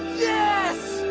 yes!